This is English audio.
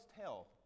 Tell